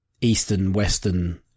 Eastern-Western